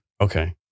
Okay